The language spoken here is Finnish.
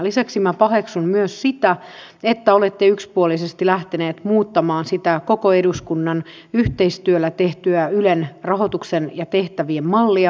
lisäksi minä paheksun myös sitä että olette yksipuolisesti lähteneet muuttamaan sitä koko eduskunnan yhteistyöllä tehtyä ylen rahoituksen ja tehtävien mallia